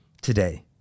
Today